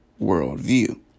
worldview